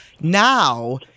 Now